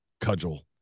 cudgel